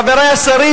חברי השרים,